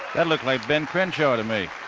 that looked like ben crenshaw to me